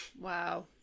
wow